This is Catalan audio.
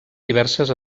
diverses